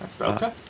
Okay